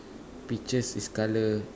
peaches is colour